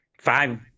five